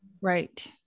Right